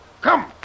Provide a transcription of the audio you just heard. Come